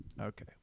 Okay